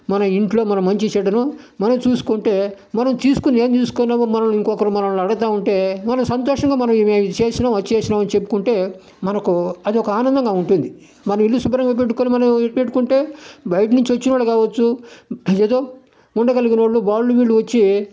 మన ఇంట్లో మన మంచి చెడ్డలు మనం చూసుకుంటే మనం తీసుకున్న ఏమి తీసుకున్నామో మనం ఇంకొకరు మనల్ని అడుగుతూ ఉంటే మన సంతోషంగా మనం ఇది చేసిన అది చేసినమని చెప్పుకుంటే మనకు అదొక ఆనందంగా ఉంటుంది మనం ఇల్లు శుభ్రంగా పెట్టుకొని మనం పెట్టుకుంటే బయటి నుంచి వచ్చిన వాళ్లు కావచ్చు ఏదో ఉండగలిగిన వాళ్లు వాళ్లు వీళ్లు వచ్చి